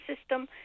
system